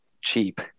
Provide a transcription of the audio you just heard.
cheap